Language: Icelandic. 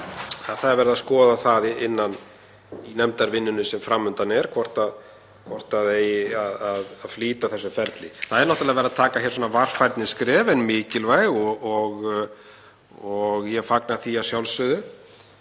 að það verði að skoða það í nefndarvinnunni sem fram undan er hvort það eigi að flýta þessu ferli. Það er náttúrlega verið að taka hérna varfærniskref en mikilvæg og ég fagna því að sjálfsögðu.